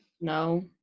no